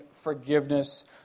forgiveness